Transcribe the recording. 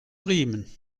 riemen